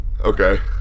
Okay